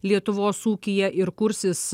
lietuvos ūkyje ir kursis